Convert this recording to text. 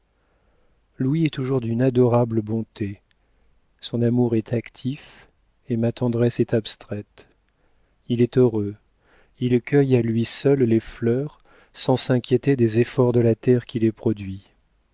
louis est toujours d'une adorable bonté son amour est actif et ma tendresse est abstraite il est heureux il cueille à lui seul les fleurs sans s'inquiéter des efforts de la terre qui les produit